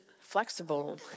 flexible